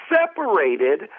separated